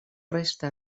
resta